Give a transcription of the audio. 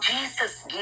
Jesus